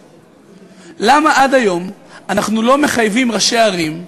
תוהה למה עד היום אנחנו לא מחייבים ראשי ערים,